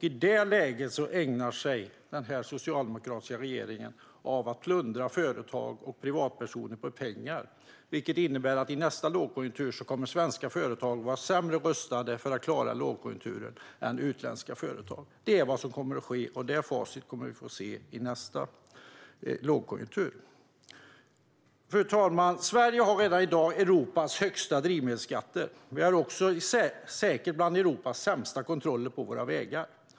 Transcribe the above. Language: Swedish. I detta läge ägnar sig den socialdemokratiska regeringen åt att plundra företag och privatpersoner på pengar, vilket innebär att svenska företag vid nästa lågkonjunktur kommer att vara sämre rustade för att klara den än vad utländska företag är. Detta är vad som kommer att ske, och vi kommer att få se facit vid nästa lågkonjunktur. Fru talman! Sverige har redan i dag Europas högsta drivmedelsskatter. Vi har säkert också bland Europas sämsta kontroller på våra vägar.